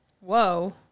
Whoa